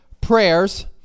prayers